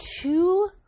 two